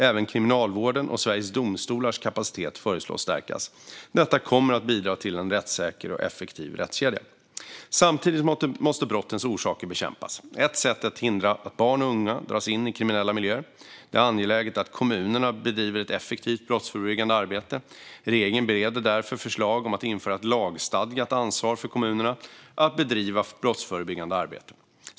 Även Kriminalvården och Sveriges Domstolars kapacitet föreslås stärkas. Detta kommer att bidra till en rättssäker och effektiv rättskedja. Samtidigt måste brottens orsaker bekämpas. Ett sätt är att hindra att barn och unga dras in i kriminella miljöer. Det är angeläget att kommunerna bedriver ett effektivt brottsförebyggande arbete. Regeringen bereder därför förslag om att införa ett lagstadgat ansvar för kommunerna att bedriva brottsförebyggande arbete.